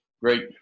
great